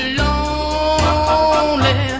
lonely